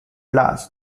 last